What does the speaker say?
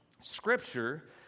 Scripture